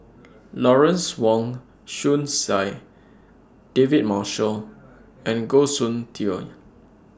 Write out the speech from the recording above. Lawrence Wong Shyun Tsai David Marshall and Goh Soon Tioe